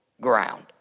ground